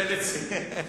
וציפי.